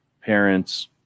parents